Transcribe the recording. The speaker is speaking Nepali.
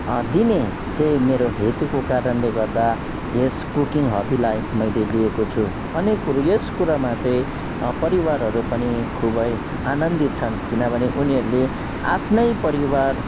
दिने चाहिँ मेरो हेतुको कारणले गर्दा यस कुकिङ हबीलाई मैले लिएको छु अन्य कुरा यस कुरामा चाहिँ परिवारहरू पनि खुबै आनन्दित छन् किनभने उनीहरूले आफ्नै परिवार